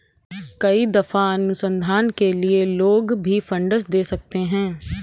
कई दफा अनुसंधान के लिए लोग भी फंडस दे सकते हैं